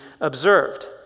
observed